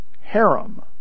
harem